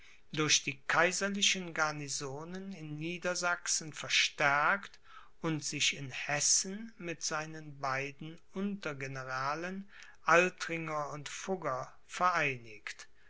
durch die kaiserlichen garnisonen in niedersachsen verstärkt und sich in hessen mit seinen beiden untergeneralen altringer und fugger vereinigt